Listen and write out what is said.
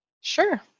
Sure